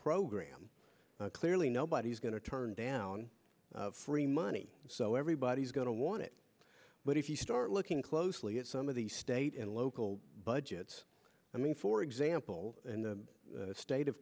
program clearly nobody's going to turn down free money so everybody's going to want it but if you start looking closely at some of the state and local budgets i mean for example in the state of